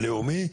הלאומי?